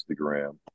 Instagram